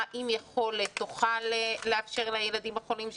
עם יכולת תוכל לאפשר לילדים החולים שלה,